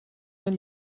bien